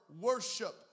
worship